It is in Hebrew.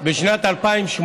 בשנת 2018,